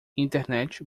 internet